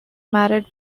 married